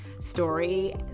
story